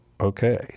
Okay